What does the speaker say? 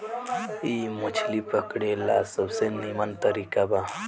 इ मछली पकड़े ला सबसे निमन तरीका बा